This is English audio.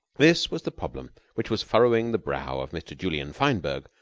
this was the problem which was furrowing the brow of mr. julian fineberg,